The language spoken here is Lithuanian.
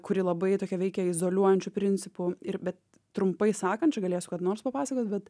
kuri labai tokia veikia izoliuojančiu principu ir bet trumpai sakant čia galėsiu kada nors papasakot bet